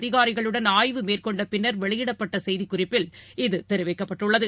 அதிகாரிகளுடன் மேற்கொண்டபின்னர் வெளியிடப்பட்டசெய்திக்குறிப்பில் ஆய்வு இத தெரிவிக்கப்பட்டுள்ளது